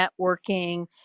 networking